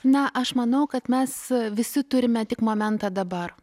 na aš manau kad mes visi turime tik momentą dabar